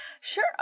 Sure